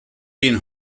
been